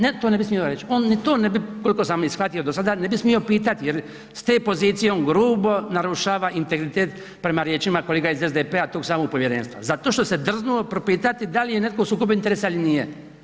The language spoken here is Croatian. Ne to ne bi smio reći, on ni to ne bi, koliko sam shvatio do sada ne bi smio pitati jer s te pozicije on grubo narušava integritet prema riječima kolega iz SDP-a tog samog povjerenstva zato što se drznuo propitati da li je netko u sukobu interesa ili nije.